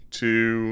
two